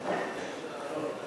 נתקבלו.